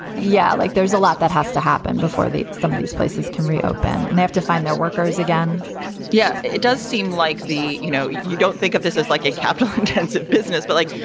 yeah, like, there's a lot that has to happen before the some of these places can reopen and they have to find their workers again yeah, it does seem like the you know, you don't think of this as like a capital intensive business. but like,